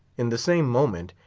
in the same moment,